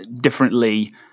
differently